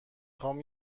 خوام